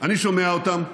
אני שומע אותם,